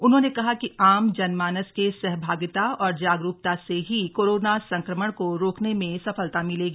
उन्होंने कहा कि आम जनमानस के सहभागिता और जागरूकता से ही कोरोना संक्रमण को रोकने में सफलता मिलेगी